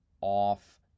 off